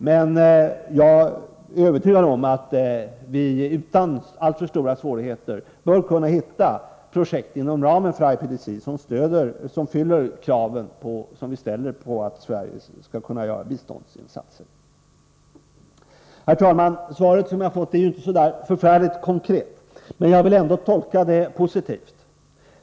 Men jag är övertygad om att vi utan alltför stora svårigheter bör kunna hitta projekt inom ramen för IPDC som fyller de krav som vi ställer för att Sverige skall kunna göra biståndsinsatser. Herr talman! Det svar som jag fått är ju inte så värst konkret. Men jag vill ändå tolka svaret positivt.